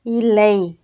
இல்லை